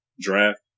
draft